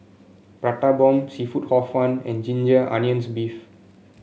Prata Bomb seafood Hor Fun and Ginger Onions beef